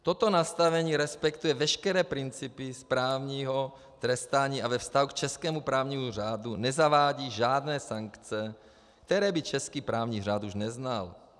Toto nastavení respektuje veškeré principy správního trestání a ve vztahu k českému právnímu řádu nezavádí žádné sankce, které by český právní řád už neznal.